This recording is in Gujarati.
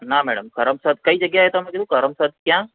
ના મેડમ કરમસદ કરમસદ કઈ જગ્યા એ તમે કીધું કરમસદ ક્યાં